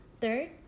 third